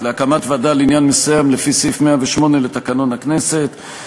להקים ועדה לעניין מסוים לפי סעיף 108 לתקנון הכנסת,